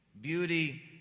Beauty